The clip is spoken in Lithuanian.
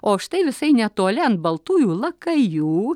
o štai visai netoli ant baltųjų lakajų